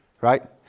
Right